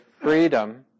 freedom